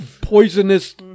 poisonous